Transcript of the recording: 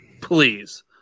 Please